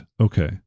Okay